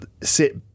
sit